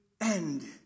end